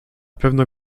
pewno